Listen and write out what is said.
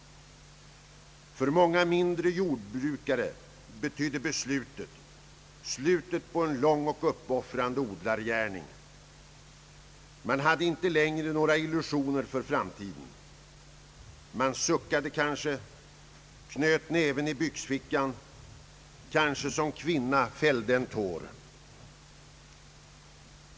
För många mindre jordbrukare betydde beslutet år 1967 slutet på en lång och uppoffrande odlargärning. Man hade inte längre några illusioner för framtiden. Man suckade kanske, knöt näven i byxfickan, kanske som kvinna fällde en tår.